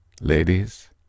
Ladies